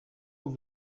vous